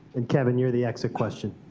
and kevin, you're the exit question.